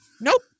Nope